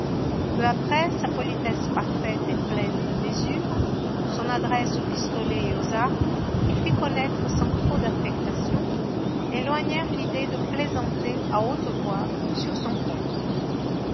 peu après sa politesse parfaite et pleine de mesure son adresse au pistolet et aux armes qu'il fit connaître sans trop d'affectation éloignèrent l'idée de plaisanter à haute voix sur son compte